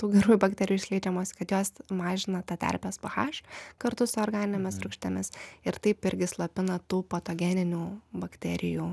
tų gerųjų bakterijų išleidžiamos kad jos mažina tą terpės pėhaš kartu su organinėmis rūgštimis ir taip irgi slopina tų patogeninių bakterijų